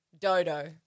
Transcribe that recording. Dodo